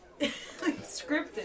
scripted